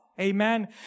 amen